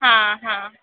आ हाँ